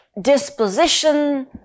disposition